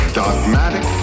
dogmatic